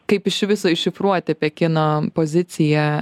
kaip iš viso iššifruoti pekino poziciją